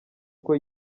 uko